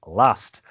last